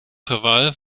geval